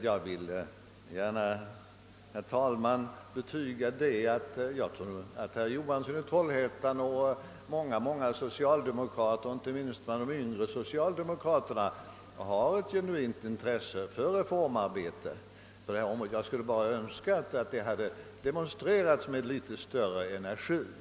Jag vill också gärna, herr talman, betyga att jag tror att herr Johansson i Trollhättan och många andra socialdemokrater — inte minst yngre — har ett genuint intresse för reformarbete på författningsområdet. Men jag önskar att detta intresse i detta fall hade demonstrerats med litet mera energi.